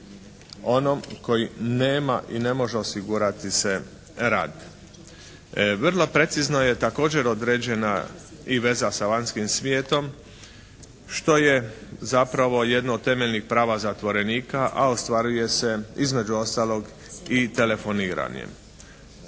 onom koji nema i ne može osigurati se rad. Vrlo precizno je također određena i veza sa vanjskim svijetom što je zapravo jedno od temeljnih prava zatvorenika a ostvaruje se između ostalog i telefoniranjem.